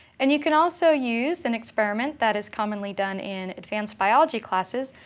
and you can also use an experiment that is commonly done in advanced biology classes,